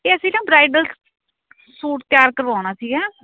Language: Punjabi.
ਇਹ ਅਸੀ ਨਾ ਬਰਾਈਡਲ ਸੂਟ ਤਿਆਰ ਕਰਵਾਉਣਾ ਸੀਗਾ